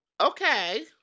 Okay